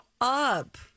up